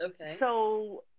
Okay